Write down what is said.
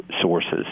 sources